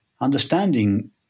understanding